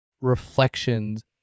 Reflections